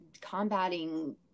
combating